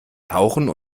tauchen